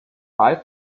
five